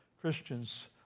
Christians